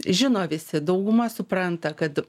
žino visi dauguma supranta kad